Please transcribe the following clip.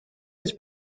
has